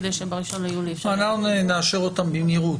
כדי שב-1 ביולי אפשר --- אנחנו נאשר אותן במהירות,